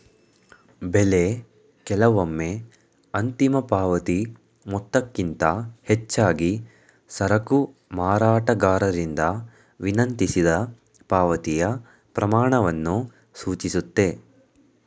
ಬೆಲೆ ಕೆಲವೊಮ್ಮೆ ಅಂತಿಮ ಪಾವತಿ ಮೊತ್ತಕ್ಕಿಂತ ಹೆಚ್ಚಾಗಿ ಸರಕು ಮಾರಾಟಗಾರರಿಂದ ವಿನಂತಿಸಿದ ಪಾವತಿಯ ಪ್ರಮಾಣವನ್ನು ಸೂಚಿಸುತ್ತೆ